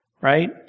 right